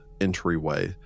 entryway